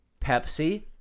Pepsi